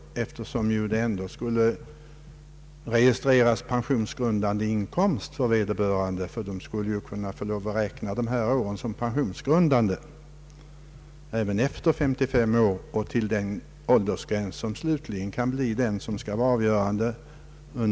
Han måste ju ändå registrera pensionsgrundande inkomst för vederbörande; de skulle ju få räkna även åren efter 55 år och till den slutgiltigt bestämda åldersgränsen som pensionsgrundande.